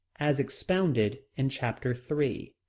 as expounded in chapter three.